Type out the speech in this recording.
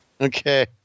Okay